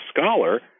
scholar